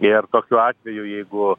ir tokiu atveju jeigu